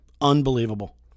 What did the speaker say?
Unbelievable